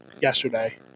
yesterday